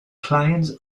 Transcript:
clients